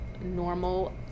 normal